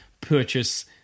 purchase